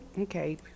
Okay